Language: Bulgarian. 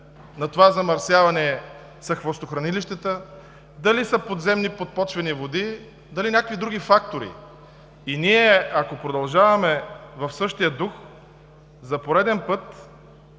на това замърсяване са хвостохранилищата, дали са подземни, подпочвени води или други фактори. И ако продължаваме в същия дух, за пореден път